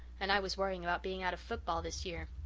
and i was worrying about being out of football this year!